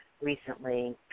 recently